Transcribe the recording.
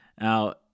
Now